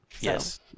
Yes